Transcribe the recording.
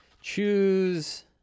Choose